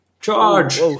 charge